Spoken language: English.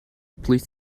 please